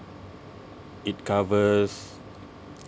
it covers